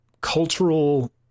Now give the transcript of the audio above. cultural